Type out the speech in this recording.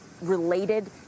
related